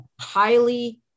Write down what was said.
highly